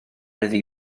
iddi